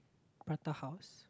prata house